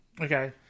Okay